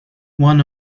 one